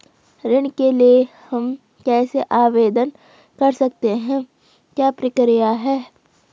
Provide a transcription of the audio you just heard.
ऋण के लिए हम कैसे आवेदन कर सकते हैं क्या प्रक्रिया है?